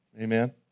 Amen